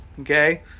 Okay